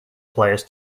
players